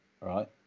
Right